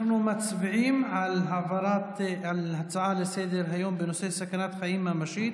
אנחנו מצביעים על הצעה לסדר-היום בנושא סכנת חיים ממשית